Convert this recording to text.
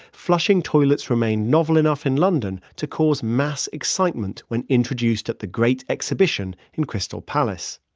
flushing toilets remained novel enough in london to cause mass excitement when introduced at the great exhibition in crystal palace.